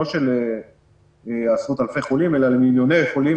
לא של עשרות אלפי חולים אלא למיליוני חולים